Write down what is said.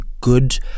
good